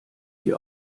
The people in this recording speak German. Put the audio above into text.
sie